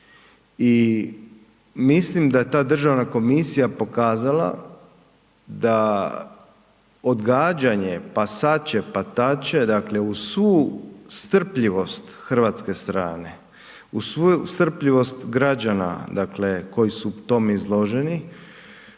I mislim da je ta državna komisija pokazala da odgađanje, pa sad će, pa tad će, dakle uz svu strpljivost hrvatske strane, uz svu strpljivost građana dakle koji su tome izloženi